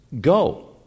Go